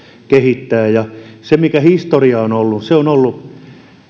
kehittää ja se historia on ollut